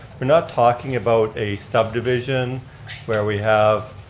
we're not talking about a subdivision where we have